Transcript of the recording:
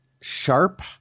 Sharp